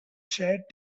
shared